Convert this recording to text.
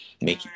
make